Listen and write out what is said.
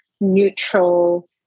neutral